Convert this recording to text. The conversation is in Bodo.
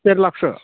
देर लाखसो